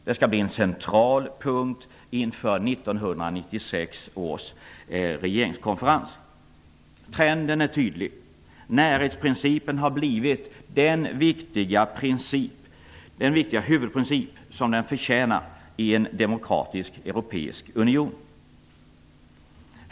Det skall bli en central punkt inför 1996 års regeringskonferens. Trenden är tydlig. Närhetsprincipen har blivit den viktiga huvudprincip som den förtjänar att vara i en demokratisk europeisk union.